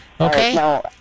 Okay